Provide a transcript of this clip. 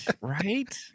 right